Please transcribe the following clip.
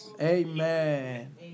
Amen